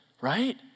right